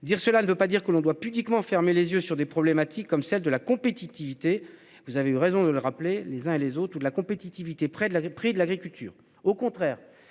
Dire cela ne veut pas dire que l'on doit pudiquement fermé les yeux sur des problématiques comme celle de la compétitivité. Vous avez eu raison de le rappeler, les uns et les autres ou de la compétitivité, près de la pris de l'agriculture, au contraire.